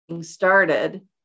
started